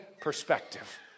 perspective